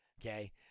okay